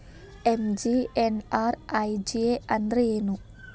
MGNREGA ಅಂದ್ರೆ ಏನು?